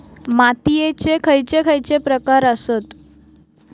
मातीयेचे खैचे खैचे प्रकार आसत?